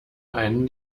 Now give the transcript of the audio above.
einen